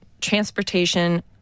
transportation